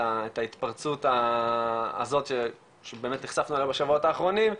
את ההתפרצות הזאת שנחשפנו אליה בשבועות האחרונים.